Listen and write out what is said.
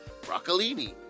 broccolini